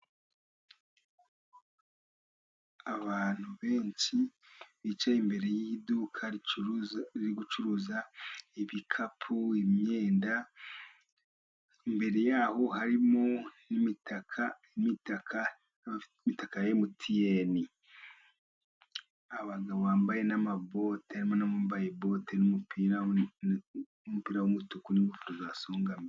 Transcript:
Abantu benshi bicaye imbere y'iduka ricuruza riri gucuruza ibikapu , imyenda imbere yaho harimo n' imitaka ya emutiyeni. Abagabo bambaye n'amabote, harimo n'abambaye bote n'umupira w'umutuku, n'ingofero za songambere.